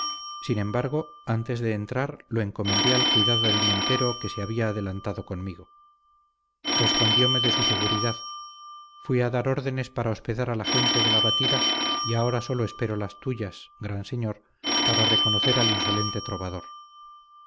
sin embargo antes de entrar lo encomendé al cuidado del montero que se había adelantado conmigo respondióme de su seguridad fui a dar órdenes para hospedar a la gente de la batida y ahora sólo espero las tuyas gran señor para reconocer al insolente trovador